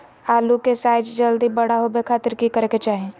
आलू के साइज जल्दी बड़ा होबे खातिर की करे के चाही?